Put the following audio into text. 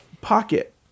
pocket